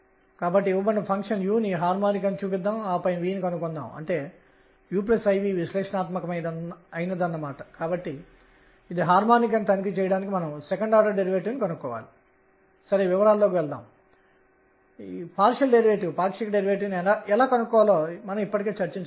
కాబట్టి నేను క్రమములో గీస్తే మొదటిది కూడా ఇలా ఉండదు దీనికి బదులుగా అది kℏ గా ఉంటుంది ఇది సరిగ్గా k h వెంబడి ఉంటుంది